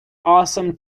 awesome